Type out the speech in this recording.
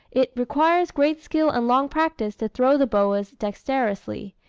it requires great skill and long practice to throw the boas dexterously,